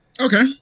Okay